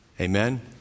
Amen